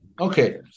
Okay